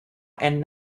and